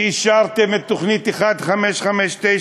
כשאישרתם את תוכנית 1559,